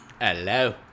Hello